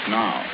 now